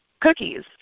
cookies